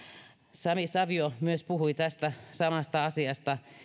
sami savio myös puhui tästä samasta asiasta